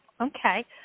Okay